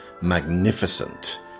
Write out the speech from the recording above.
magnificent